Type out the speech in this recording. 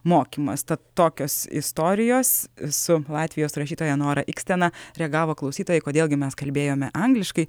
mokymas tad tokios istorijos su latvijos rašytoja nora ikstena reagavo klausytojai kodėl gi mes kalbėjome angliškai